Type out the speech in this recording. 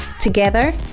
Together